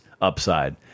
upside